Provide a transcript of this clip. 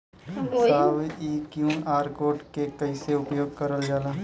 साहब इ QR code के कइसे उपयोग करल जाला?